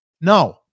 No